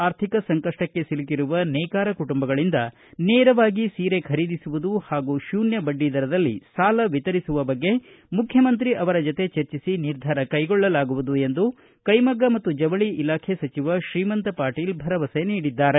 ಆರ್ಥಿಕ ಸಂಕಷ್ಟಕ್ಕೆ ಸಿಲುಕಿರುವ ನೇಕಾರ ಕುಟುಂಬಗಳಿಂದ ನೇರವಾಗಿ ಸೀರೆ ಖರೀದಿಸುವುದು ಪಾಗೂ ಶೂನ್ತ ಬಡ್ಡಿದರದಲ್ಲಿ ಸಾಲ ವಿತರಿಸುವ ಬಗ್ಗೆ ಮುಖ್ಯಮಂತ್ರಿ ಅವರ ಜತೆ ಚರ್ಚಿಸಿ ನಿರ್ಧಾರ ಕೈಗೊಳ್ಳಲಾಗುವುದು ಎಂದು ಕೈಮಗ್ಗ ಮತ್ತು ಜವಳಿ ಇಲಾಖೆ ಸಚಿವ ಶ್ರೀಮಂತ ಪಾಟೀಲ ಭರವಸೆ ನೀಡಿದ್ದಾರೆ